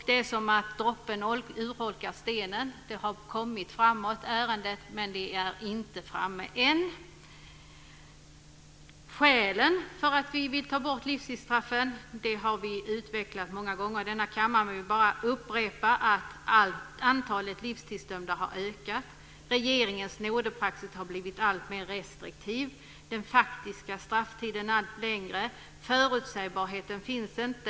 Det är som att droppen urholkar stenen; ärendet har kommit framåt men det är inte framme än. Skälen för att vi vill ta bort livstidsstraffen har vi utvecklat många gånger i denna kammare. Jag vill bara upprepa att antalet livstidsdömda har ökat. Regeringens nådepraxis har blivit alltmer restriktiv. Den faktiska strafftiden har blivit allt längre. Förutsägbarheten finns inte.